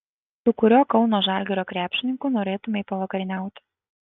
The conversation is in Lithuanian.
su kuriuo kauno žalgirio krepšininku norėtumei pavakarieniauti